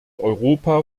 europa